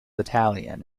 italian